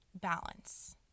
balance